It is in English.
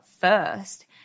first